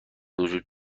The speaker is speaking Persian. وجود